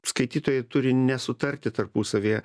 skaitytojai turi nesutarti tarpusavyje